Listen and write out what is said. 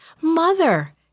Mother